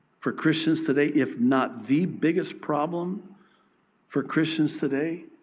for christians today, if not the biggest problem for christians today,